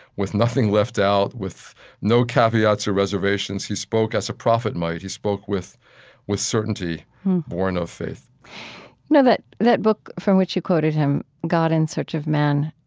with nothing left out, with no caveats or reservations. he spoke as a prophet might. he spoke with with certainty borne of faith that that book from which you quoted him, god in search of man